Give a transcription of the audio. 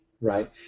right